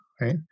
Right